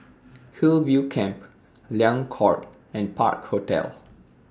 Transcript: Hillview Camp Liang Court and Park Hotel